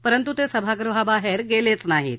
परंतू ते सभागृहाबाहेर गेलेच नाहीत